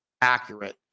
accurate